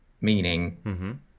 meaning